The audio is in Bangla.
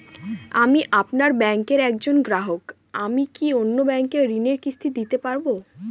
আমি আপনার ব্যাঙ্কের একজন গ্রাহক আমি কি অন্য ব্যাঙ্কে ঋণের কিস্তি দিতে পারবো?